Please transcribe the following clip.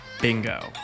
bingo